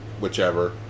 Whichever